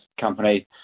company